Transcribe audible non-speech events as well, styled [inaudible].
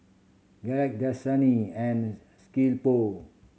Gillette Dasani and [unintelligible]